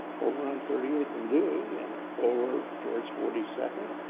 over on thirty eighth and dewey and over towards forty second.